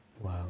Wow